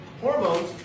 Hormones